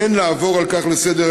אין לעבור על כך לסדר-היום.